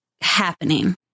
happening